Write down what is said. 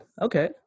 okay